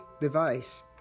device